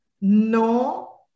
no